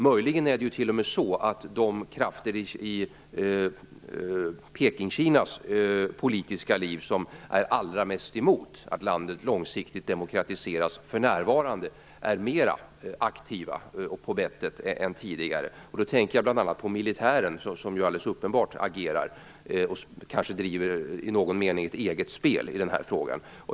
Möjligen är det t.o.m. så att de krafter i Pekingkinas politiska liv som är allra mest emot att landet långsiktigt demokratiseras för närvarande är mera aktiva och på bettet än tidigare. Då tänker jag bl.a. på militären, som alldeles uppenbart i någon mening driver eget spel i den här frågan.